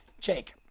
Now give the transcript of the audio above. Jake